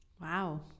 Wow